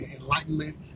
Enlightenment